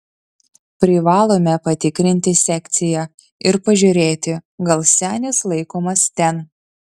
privalome patikrinti sekciją ir pažiūrėti gal senis laikomas ten